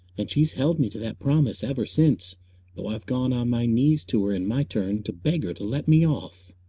and she's held me to that promise ever since, though i've gone on my knees to her in my turn to beg her to let me off.